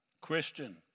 Christian